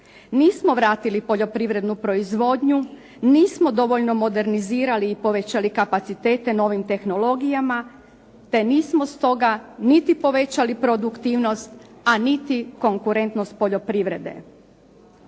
Nismo vratili poljoprivrednu proizvodnju, nismo dovoljno modernizirali i povećali kapacitete novim tehnologijama, te nismo stoga niti povećali produktivnost, a niti konkurentnost poljoprivrede.